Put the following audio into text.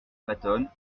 patton